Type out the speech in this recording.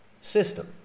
system